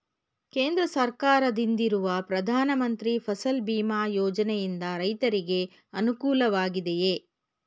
ಕೇಂದ್ರ ಸರ್ಕಾರದಿಂದಿರುವ ಪ್ರಧಾನ ಮಂತ್ರಿ ಫಸಲ್ ಭೀಮ್ ಯೋಜನೆಯಿಂದ ರೈತರಿಗೆ ಅನುಕೂಲವಾಗಿದೆಯೇ?